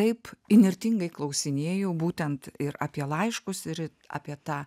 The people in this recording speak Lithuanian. taip įnirtingai klausinėjau būtent ir apie laiškus ir apie tą